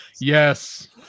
Yes